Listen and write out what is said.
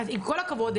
עם כל הכבוד,